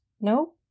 No